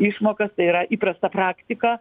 išmokas tai yra įprasta praktika